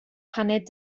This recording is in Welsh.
paned